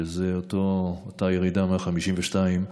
שזאת אותה ירידה מה-52,